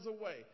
away